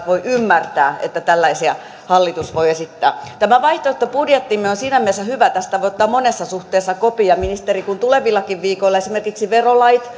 voi ymmärtää että tällaisia hallitus voi esittää tämä vaihtoehtobudjettimme on siinä mielessä hyvä että tästä voi ottaa monessa suhteessa kopin ministeri kun tulevillakin viikoilla esimerkiksi verolait